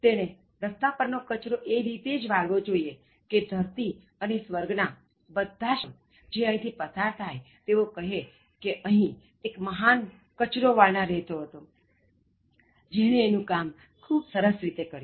તેણે રસ્તા પર નો કચરો એ રીતે વાળવો જોઇએ કે ધરતી અને સ્વર્ગ ના બધા જ મહેમાનો જે અહીંથી પસાર થાય તેઓ કહે કે અહીં એક મહાન કચરો વાળનાર રહેતો હતો જેણે એનું કામ ખૂબ સરસ રીતે કર્યું